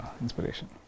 inspiration